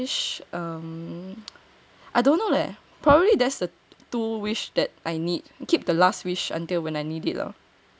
I don't know leh probably there's a two wish that I need keep the last which until when I need it lor